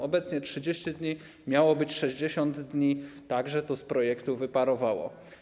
Obecnie jest 30 dni, miało być 60 dni, to także z projektu wyparowało.